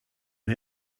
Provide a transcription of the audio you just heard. who